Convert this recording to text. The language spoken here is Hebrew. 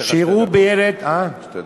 שיראו בילד, שתי דקות.